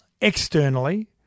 externally –